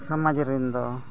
ᱥᱚᱢᱟᱡᱽ ᱨᱮᱱ ᱫᱚ